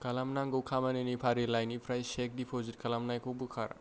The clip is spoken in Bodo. खालामनांगौ खामानिनि फारिलाइलायनिफ्राय चेक दिप'जिट खालामनायखौ बोखार